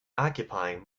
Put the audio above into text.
occupying